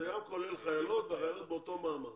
זה גם כולל חיילות והחיילות הן באותו מעמד.